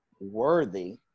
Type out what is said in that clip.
worthy